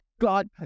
God